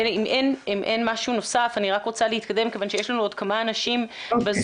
אם אין משהו נוסף אני רוצה להתקדם כיוון שיש לנו עוד כמה אנשים בזום.